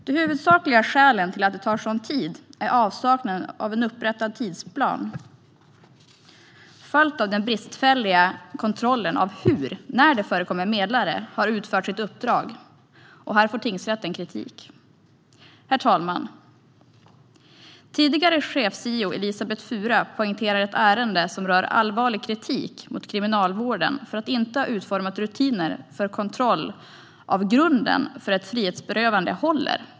De huvudsakliga skälen till att det tar sådan tid är avsaknaden av en upprättad tidsplan följt av den bristfälliga kontrollen av hur man, när det förekommer medlare, har utfört sitt uppdrag. Här får tingsrätten kritik. Herr talman! Tidigare chefs-JO Elisabet Fura poängterar ett ärende som rör allvarlig kritik mot Kriminalvården för att man inte har utformat rutiner för kontroll av att grunden för ett frihetsberövande håller.